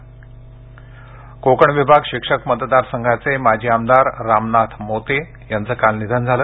रामनाथ मोते निधन कोकण विभाग शिक्षक मतदार संघाचे माजी आमदार रामनाथ मोते यांचं काल निधन झालं